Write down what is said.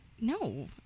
No